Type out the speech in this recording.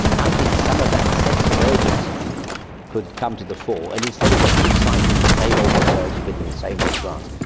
i think some of that sense of urgency could come to the fore. and instead of recycling the same old research and getting the same old grants,